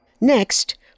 Next